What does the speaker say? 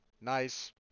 nice